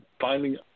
finding